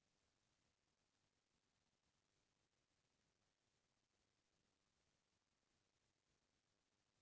drip सिंचई म किसान के समे अउ बनिहार ल जेन बनी देतिस तेन ह कम लगथे